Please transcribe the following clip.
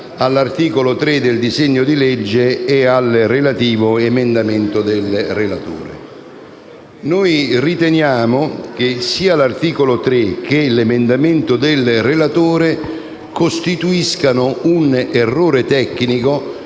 all'articolo 3 del disegno di legge e al relativo emendamento del relatore. Noi riteniamo che sia l'articolo 3 che l'emendamento del relatore costituiscano un errore tecnico